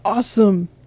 awesome